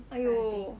!aiyo!